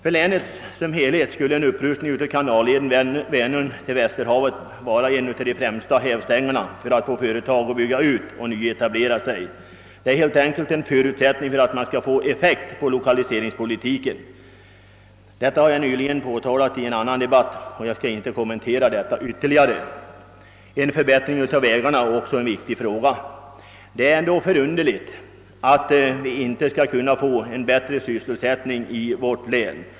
För länet som helhet skulle en upprustning av kanalleden från Vänern till Västerhavet vara en av de främsta hävstängerna för att få företag att bygga ut och nyetablera sig. Det är helt enkelt en förutsättning för att lokaliseringspolitiken skall få effekt. Detta har jag nyligen påtalat i en annan debatt, och jag skall inte kommentera det ytterligare. En förbättring av vägarna är också viktig. Det är ändå underligt att vi inte skall kunna få bättre sysselsättning i vårt län.